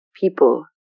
people